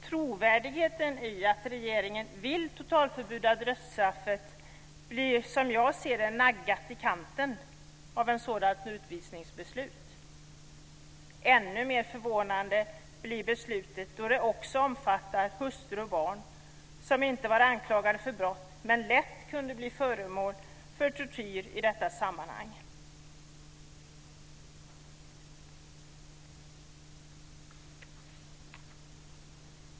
Trovärdigheten i regeringens inställning för totalförbud mot dödsstraff blir, som jag ser det, naggad i kanten av ett sådant utvisningsbeslut. Ännu mer förvånande blir beslutet som det också omfattar hustru och barn, som inte anklagats för brott men som lätt kan bli förmål för tortyr i detta sammanhang.